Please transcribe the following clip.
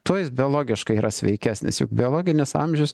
tuo jis biologiškai yra sveikesnis juk biologinis amžius